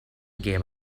gave